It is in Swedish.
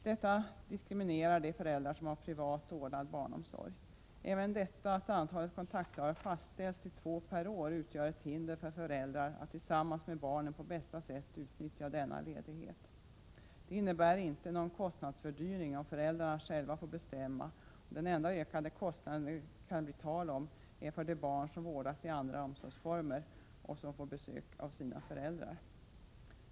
Detta diskriminerar de föräldrar som har privat ordnad barnomsorg. Även det faktum att antalet kontaktdagar fastställs till två per år utgör ett hinder för föräldrar att tillsammans med barnen på bästa sätt utnyttja denna ledighet. Det innebär inte någon kostnadsfördyring om föräldrarna själva får bestämma. Den enda ökade kostnaden som det kan bli fråga om är för de barn som vårdas i andra omsorgsformer och som får besök av sina föräldrar.